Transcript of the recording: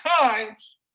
times